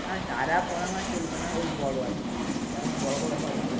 না চারা পোনা মাছ চলবে না ওই বড় আর কি যেমন বড় বড় হয়